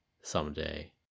someday